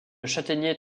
châtaignier